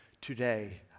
today